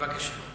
בבקשה.